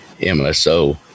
MSO